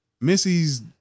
Missy's